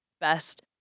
best